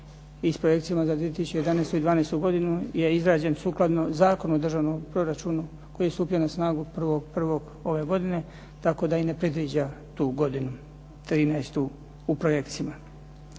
i s projekcijama za 2011. i 2012. godinu je izrađen sukladno Zakonu o državnom proračunu koji je stupio na snagu 1.1. ove godine tako da i ne predviđa tu godinu 13. u projekcijama.